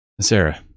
Sarah